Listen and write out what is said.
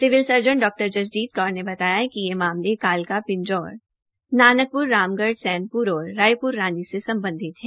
civil surgeon डॉ जसजीत कौर ने बताया कि ये मामले काला पिंजौर नानकपुर रामगढ सैनपुर और रायपुररानी से संबंधित हैं